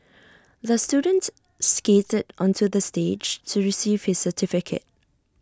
the students skated onto the stage to receive his certificate